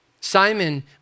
Simon